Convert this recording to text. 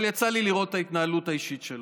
אבל יצא לי לראות את ההתנהלות האישית שלו.